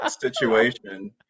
situation